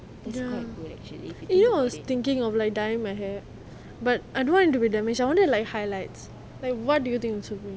ya you know I was like thinking of like dyeing my hair but I don't want it to be damage I wanted like highlights like what do you think will suit me